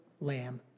Lamb